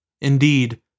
Indeed